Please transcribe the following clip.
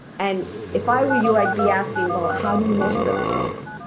and if i were you, i'd be asking, well, how do you measure those things?